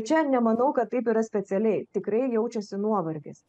čia nemanau kad taip yra specialiai tikrai jaučiasi nuovargis